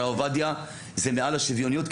הרב עובדיה זה מעל השוויוניות.